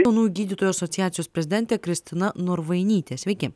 jaunųjų gydytojų asociacijos prezidentė kristina norvainytė sveiki